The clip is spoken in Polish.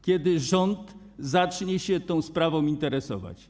Kiedy rząd zacznie się tą sprawą interesować?